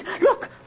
Look